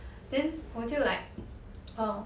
then 我就 like um